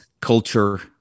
culture